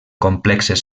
complexes